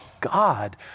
God